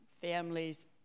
families